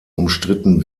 umstritten